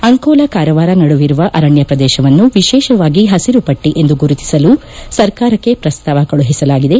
ಅಂಕೋಲಾ ಕಾರವಾರ ನಡುವಿರುವ ಅರಣ್ಯ ಪ್ರದೇಶವನ್ನು ವಿಶೇಷವಾಗಿ ಹಸಿರು ಪಟ್ಟಿ ಎಂದು ಗುರುತಿಸಲು ಸರ್ಕಾರಕ್ಕೆ ಪ್ರಸ್ತಾವ ಕಳುಹಿಸಲಾಗಿದೆ